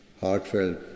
heartfelt